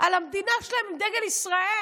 על המדינה שלהם עם דגל ישראל.